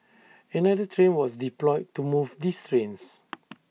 another train was deployed to move these trains